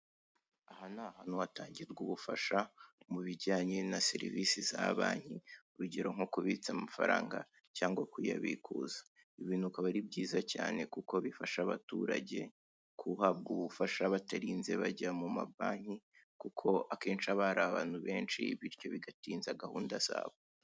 Aha ni ahantu hatangirwa ubufasha mu bijyanye na serivisi za banki, urugero nko kubitsa amafaranga cyangwa kuyabikuza. Ibintu bikaba ari byiza cyane kuko bifasha abaturage guhabwa ubufasha batarinze kujya mu mabanki, kuko akenshi haba hari abantu benshi bityo bigatinza gahunda zabo.